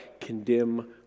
condemn